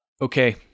okay